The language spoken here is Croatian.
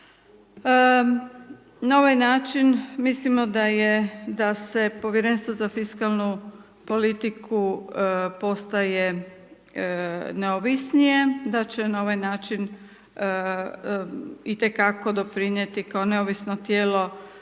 Na ovaj način, mislimo da se Povjerenstvo za fiskalnu politiku postaje neovisnije, da će na ovaj način itekako doprinijeti kao neovisno tijelo,